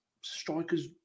strikers